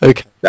Okay